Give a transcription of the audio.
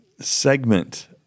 segment